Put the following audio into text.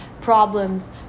problems